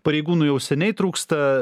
pareigūnų jau seniai trūksta